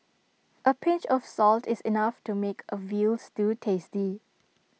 A pinch of salt is enough to make A Veal Stew tasty